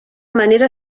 manera